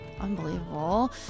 unbelievable